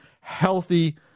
healthy